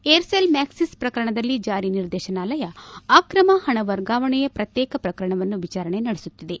Aircel Maxis ಪ್ರಕರಣದಲ್ಲಿ ಚಾರಿನಿರ್ದೇಶನಾಲಯ ಅಕ್ರಮ ಪಣ ವರ್ಗಾವಣೆಯ ಪ್ರತ್ಯೇಕ ಪ್ರಕರಣವನ್ನು ವಿಚಾರಣೆ ನಡೆಸುತ್ತಿದೆ